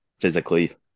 physically